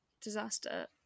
disaster